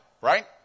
right